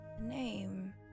Name